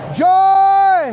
joy